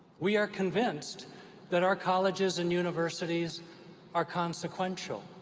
we are convinced that our colleges and universities are consequential.